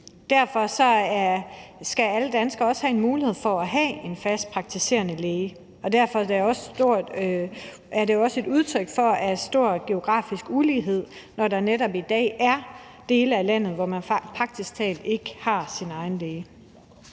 Derfor skal alle danskere også have en mulighed for at have en fast praktiserende læge; og derfor er det udtryk for stor geografisk ulighed, når der netop i dag er dele af landet, hvor man praktisk talt ikke har sin egen læge.